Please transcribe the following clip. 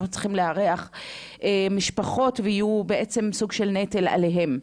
צריכים לארח משפחות שיהפכו להיות סוג של נטל עליהם.